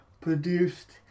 produced